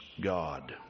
God